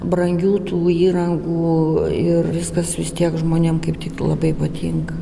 brangių tų įrangų ir viskas vis tiek žmonėm kaip tik labai patinka